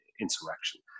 insurrection